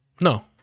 No